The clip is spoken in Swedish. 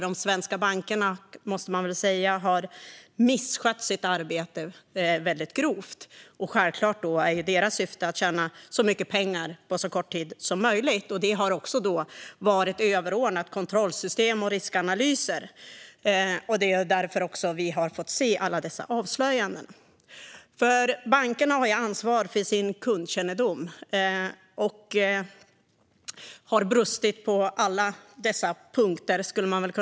De svenska bankerna har, måste man säga, misskött sitt arbete grovt. Självklart är deras syfte att tjäna så mycket pengar som möjligt på så kort tid som möjligt. Detta har varit överordnat kontrollsystem och riskanalyser, och det är därför vi har fått se alla dessa avslöjanden. Bankerna har ansvar för sin kundkännedom och har brustit på alla punkter.